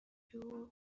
ry’uwo